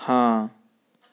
ਹਾਂ